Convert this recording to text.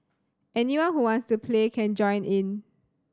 anyone who wants to play can join in